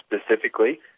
specifically